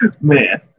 Man